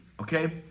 okay